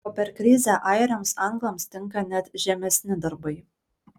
o per krizę airiams anglams tinka net žemesni darbai